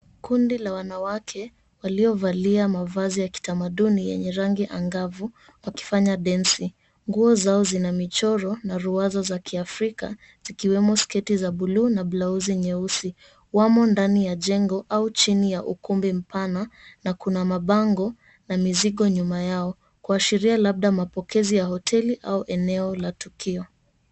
Kundi la wanawake waliovalia mavazi ya kitamaduni wenye rangi angavu wakifanya densi. Nguo zao zina michoro na ruwaza za Kiafrika zikiwemo sketi za buluu na blausi nyeusi. Wamo ndani ya jengo au chni ya ukumbi mpana na kuna mabango na mizigo nyuma yao kuashiria labda mapokezi ya hoteli au eneo la tukio.